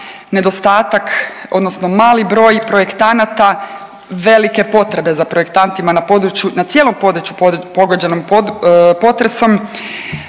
nedostatak odnosno mali broj projektanata, velike potrebe za projektantima na području, na cijelom području pogođenom potresom,